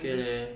um